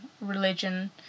religion